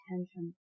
attention